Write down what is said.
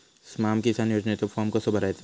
स्माम किसान योजनेचो फॉर्म कसो भरायचो?